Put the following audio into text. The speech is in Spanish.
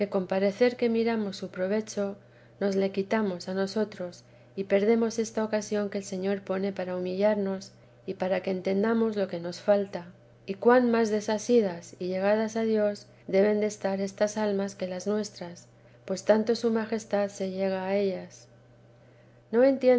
parecer que miramos su provecho nos le quitamos a nosotros y perdemos esta ocasión que el señor pone para humillarnos y para que entendamos lo que nos falta y cuan más desasidas y llegadas a dios deben estar estas almas que las nuestras pues tanto su majestad se llega a ellas no